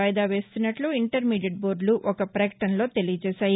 వాయిదా వేస్తున్నట్లు ఇంటర్మీడియెట్ బోర్డులు ఒక పకటనలో తెలియచేశాయి